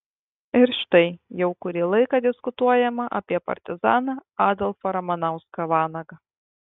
ir štai jau kurį laiką diskutuojama apie partizaną adolfą ramanauską vanagą